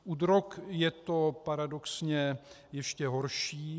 U drog je to paradoxně ještě horší.